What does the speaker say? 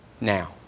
now